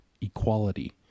equality